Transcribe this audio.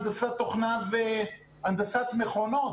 הנדסת תוכנה והנדסת מכונות,